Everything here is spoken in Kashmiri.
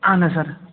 اَہَن حظ سَر